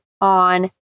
on